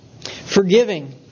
forgiving